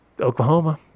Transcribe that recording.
Oklahoma